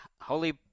Holy –